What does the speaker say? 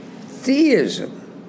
Theism